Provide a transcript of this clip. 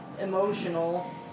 emotional